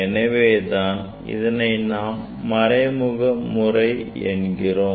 எனவே தான் இதனை நாம் மறைமுக முறை என்கிறோம்